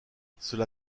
cela